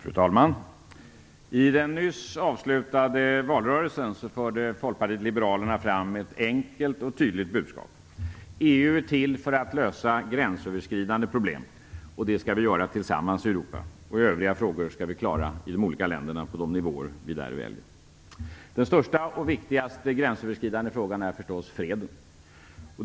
Fru talman! I den nyss avslutade valrörelsen förde Folkpartiet liberalerna fram ett enkelt och tydligt budskap: EU är till för att lösa gränsöverskridande problem, och det skall vi göra tillsammans i Europa. Övriga frågor skall vi klara i de olika länderna på de nivåer vi där väljer. Den största och viktigaste gränsöverskridande frågan är förstås freden.